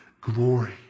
glory